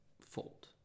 fault